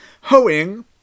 Hoeing